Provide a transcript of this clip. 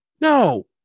no